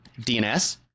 DNS